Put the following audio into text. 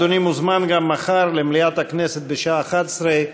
אדוני מוזמן למליאת הכנסת גם מחר בשעה 11:00,